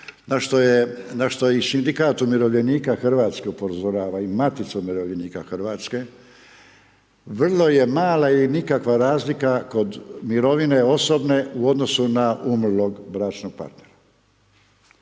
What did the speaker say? na što je i Sindikat umirovljenika Hrvatske upozorava i Matica umirovljenika Hrvatske vrlo je mala ili nikakva razlika kod mirovine osobne u odnosu na umrlog bračnog para.